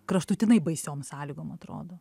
kraštutinai baisiom sąlygom atrodo